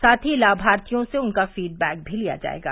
साथ ही लानार्थियों से उनका फीडबैक भी लिया जायेगा